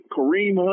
Kareem